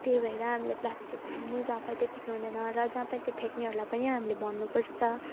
त्यही भएर हामीले प्लास्टिकहरू पनि जहाँ पाए त्यहाँ फ्याक्नुहुँदैन र जहाँ पाए त्यहीँ फ्याँक्नेहरूलाई पनि हामीले भन्नु पर्छ